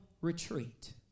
retreat